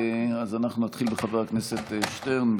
אנחנו נתחיל בחבר הכנסת שטרן.